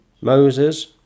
Moses